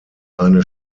eine